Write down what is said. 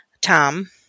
Tom